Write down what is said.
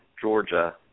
Georgia